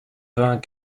vingts